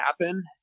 happen